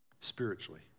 spiritually